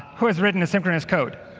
who has written a synchronous code?